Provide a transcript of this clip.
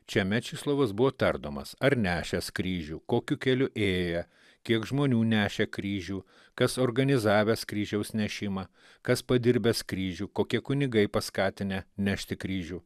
čia mečislovas buvo tardomas ar nešęs kryžių kokiu keliu ėję kiek žmonių nešė kryžių kas organizavęs kryžiaus nešimą kas padirbęs kryžių kokie kunigai paskatinę nešti kryžių